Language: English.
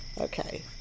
Okay